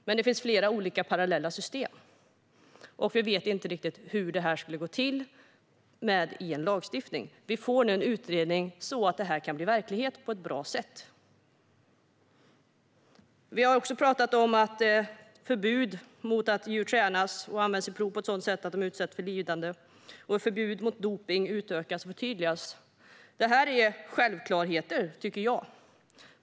Men det finns flera olika parallella system. Vi vet inte riktigt hur det skulle vara möjligt att lagstifta om detta. Vi får nu en utredning så att detta kan bli verklighet på ett bra sätt. Vi har också talat om förbud mot att djur tränas eller används i prov på ett sådant sätt att de utsätts för lidande. Förbudet mot dopning utökas och förtydligas. Detta tycker jag är självklarheter.